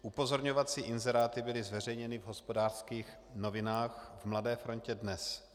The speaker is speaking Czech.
Upozorňovací inzeráty byly zveřejněny v Hospodářských novinách, v Mladé frontě DNES.